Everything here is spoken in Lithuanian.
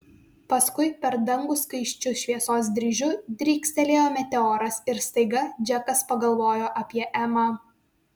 paskui per dangų skaisčiu šviesos dryžiu drykstelėjo meteoras ir staiga džekas pagalvojo apie emą